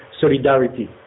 solidarity